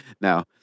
Now